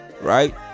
right